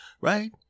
right